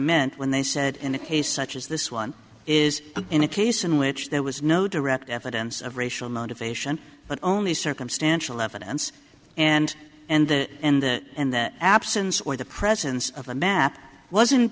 meant when they said in a case such as this one is in a case in which there was no direct evidence of racial motivation but only circumstantial evidence and and the and that and the absence or the presence of a map wasn't